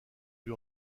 lui